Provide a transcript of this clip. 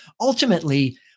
ultimately